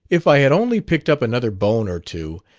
if i had only picked up another bone or two,